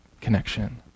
connection